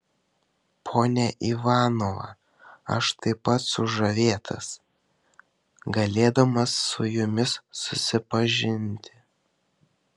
ponia ivanova aš taip pat sužavėtas galėdamas su jumis susipažinti